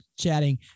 chatting